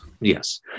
Yes